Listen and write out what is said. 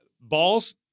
balls